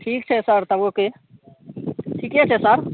ठीक छै सर तबोके ठीके छै सर